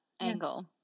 angle